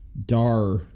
Dar